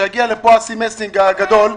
שיגיע לפה אסי מסינג הגדול.